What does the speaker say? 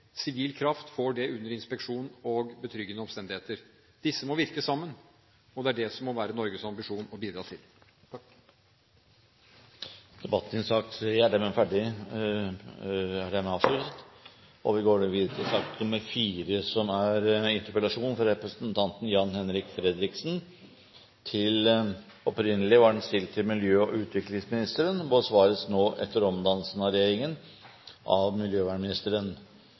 sivil kraft, får det under inspeksjon og betryggende omstendigheter. Disse må virke sammen, og det er det som må være Norges ambisjon å bidra til. Debatten i sak nr. 3 er dermed avsluttet. Denne interpellasjonen, fra representanten Jan-Henrik Fredriksen, var opprinnelig stilt til miljø- og utviklingsministeren, men besvares nå, etter omdannelsen av regjeringen, av miljøvernministeren.